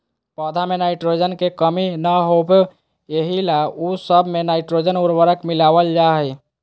पौध में नाइट्रोजन के कमी न होबे एहि ला उ सब मे नाइट्रोजन उर्वरक मिलावल जा हइ